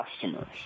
customers